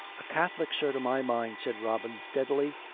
a catholic, sir, to my mind, said robin steadily,